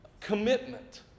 commitment